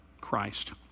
Christ